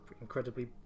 incredibly